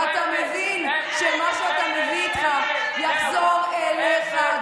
אתה מבין שמה שאתה מביא איתך יחזור אליך,